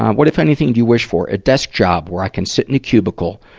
what, if anything, do you wish for? a desk job, where i can sit in a cubicle,